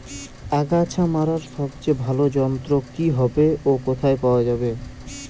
আগাছা মারার সবচেয়ে ভালো যন্ত্র কি হবে ও কোথায় পাওয়া যাবে?